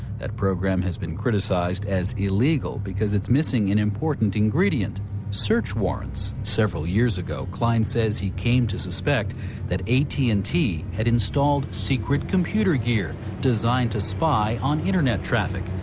that program has been criticized as illegal because it's missing an important ingredient search warrants. several years ago klein says he came to suspect that at and t had installed secret computer gear designed to spy on internet traffic,